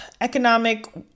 economic